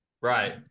Right